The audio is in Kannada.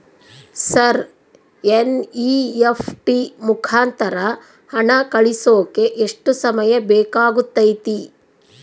ಸರ್ ಎನ್.ಇ.ಎಫ್.ಟಿ ಮುಖಾಂತರ ಹಣ ಕಳಿಸೋಕೆ ಎಷ್ಟು ಸಮಯ ಬೇಕಾಗುತೈತಿ?